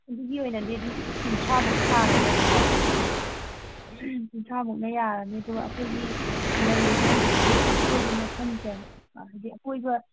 ꯑꯗꯨꯒꯤ ꯑꯣꯏꯅꯗꯤ ꯑꯗꯨꯝ ꯀꯨꯟꯊ꯭ꯔꯥꯃꯨꯛ ꯊꯥꯔꯅꯦꯕꯀꯣ ꯀꯨꯟꯊ꯭ꯔꯥꯃꯨꯛꯅ ꯌꯥꯔꯅꯤ ꯑꯗꯨꯒ ꯑꯩꯈꯣꯏꯒꯤ ꯂꯩꯔꯤꯕ ꯍꯧꯖꯤꯛꯀꯤ ꯑꯀꯣꯏꯕ ꯃꯐꯝꯁꯦ ꯑꯥ ꯍꯥꯏꯗꯤ ꯑꯀꯣꯏꯕ